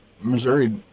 Missouri